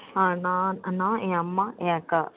ஆ நான் நான் என் அம்மா என் அக்கா